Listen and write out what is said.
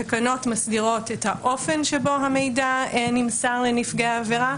התקנות מסבירות את האופן שבו המידע נמסר לנפגעי העבירה,